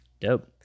Dope